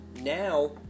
now